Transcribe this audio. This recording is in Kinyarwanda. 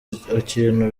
ikintu